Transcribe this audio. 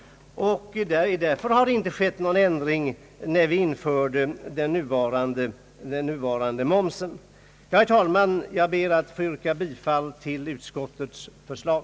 Det har därför inte skett någon ändring när vi införde den nuvarande momsen. Herr talman! Jag ber att få yrka bifall till utskottets förslag.